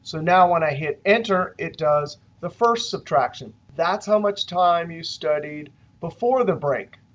so now when i hit enter, it does the first subtraction. that's how much time you studied before the break.